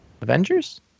Avengers